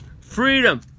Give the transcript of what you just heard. freedom